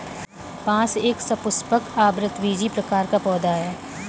बांस एक सपुष्पक, आवृतबीजी प्रकार का पौधा है